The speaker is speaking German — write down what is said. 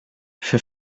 für